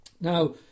Now